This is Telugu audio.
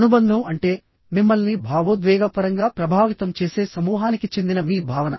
అనుబంధం అంటే మిమ్మల్ని భావోద్వేగపరంగా ప్రభావితం చేసే సమూహానికి చెందిన మీ భావన